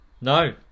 No